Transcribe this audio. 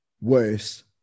worse